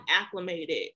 acclimated